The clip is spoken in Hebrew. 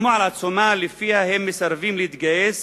חתמו על עצומה שבה הם מסרבים להתגייס